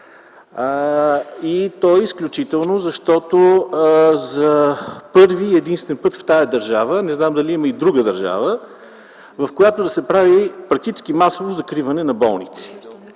То е изключително, защото за първи и единствен път в тази държава – не знам дали има и друга държава –се прави практически масово закриване на болници.